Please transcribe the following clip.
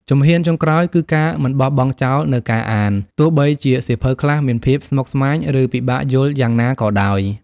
ជំហានចុងក្រោយ គឺការមិនបោះបង់ចោលនូវការអាន ទោះបីជាសៀវភៅខ្លះមានភាពស្មុគស្មាញ និងពិបាកយល់យ៉ាងណាក៏ដោយ។